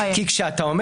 כתוב